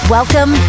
Welcome